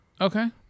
Okay